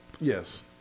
yes